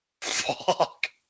Fuck